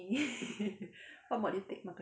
what mod did you take marketing